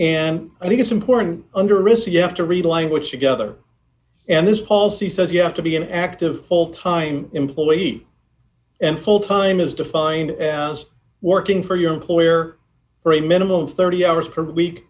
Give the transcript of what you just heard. and i think it's important under risk you have to read language together and this policy says you have to be an active full time employee and full time is defined as working for your employer for a minimum thirty hours per week